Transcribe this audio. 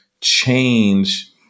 change